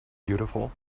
beautiful